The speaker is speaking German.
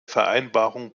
vereinbarung